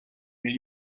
mir